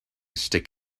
stick